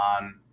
on